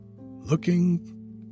looking